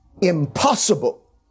impossible